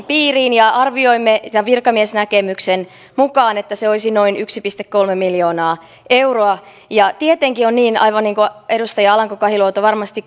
piiriin ja arviomme ja virkamiesnäkemyksen mukaan se olisi noin yksi pilkku kolme miljoonaa euroa tietenkin on niin aivan niin kuin edustaja alanko kahiluoto varmasti